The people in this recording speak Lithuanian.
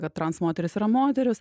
kad trans moteris yra moteris